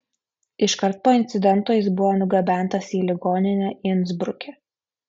iškart po incidento jis buvo nugabentas į ligoninę insbruke